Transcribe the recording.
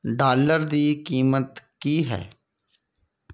dollar ਦੀ ਕੀਮਤ ਕੀ ਹੈ